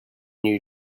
new